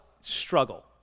struggle